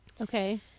Okay